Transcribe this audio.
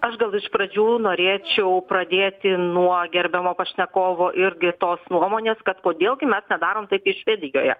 aš gal iš pradžių norėčiau pradėti nuo gerbiamo pašnekovo irgi tos nuomonės kad kodėl gi mes nedarom taip kaip švedijoje